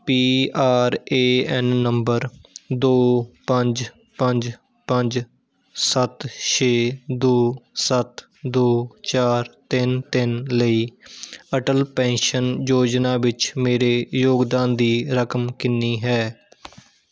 P R A N number ਦੋ ਪੰਜ ਪੰਜ ਪੰਜ ਸੱਤ ਛੇ ਦੋ ਸੱਤ ਦੋ ਚਾਰ ਤਿੰਨ ਤਿੰਨ ਲਈ ਅਟਲ ਪੈਨਸ਼ਨ ਯੋਜਨਾ ਵਿੱਚ ਮੇਰੇ ਯੋਗਦਾਨ ਦੀ ਰਕਮ ਕਿੰਨੀ ਹੈ